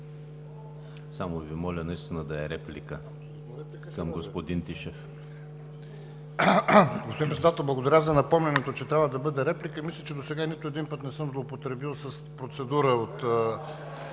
Само Ви моля наистина да е реплика към господин Тишев.